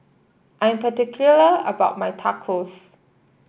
I am particular about my Tacos